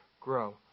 grow